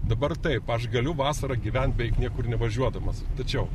dabar taip aš galiu vasarą gyvent beveik niekur nevažiuodamas tačiau